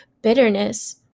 Bitterness